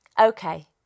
Okay